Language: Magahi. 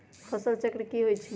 फसल चक्र की होइ छई?